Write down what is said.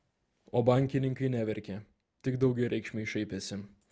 o bankininkai neverkė tik daugiareikšmiai šaipėsi